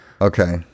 Okay